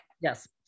Yes